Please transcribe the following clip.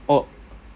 oh